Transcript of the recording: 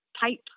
type